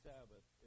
Sabbath